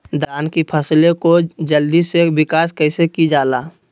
धान की फसलें को जल्दी से विकास कैसी कि जाला?